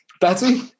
Betsy